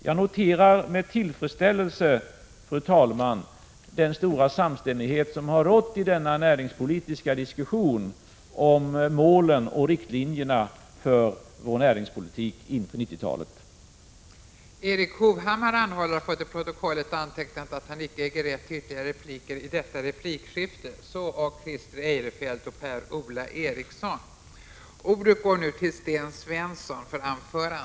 Jag noterar med tillfredsställelse, fru talman, den stora samstämmighet som rått i denna näringspolitiska diskussion om målen och riktlinjerna för vår näringspolitik in på 1990-talet.